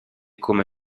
come